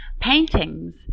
paintings